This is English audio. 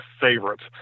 favorites